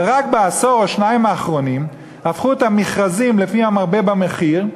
רק בעשור או שניים האחרונים הפכו את המכרזים לפי המרבה במחיר,